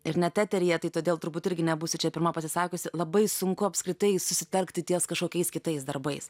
ir net eteryje tai todėl turbūt irgi nebūsiu čia pirma pasisakiusi labai sunku apskritai susitelkti ties kažkokiais kitais darbais